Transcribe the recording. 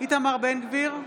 איתמר בן גביר,